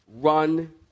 run